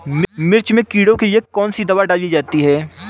मिर्च में कीड़ों के लिए कौनसी दावा डाली जाती है?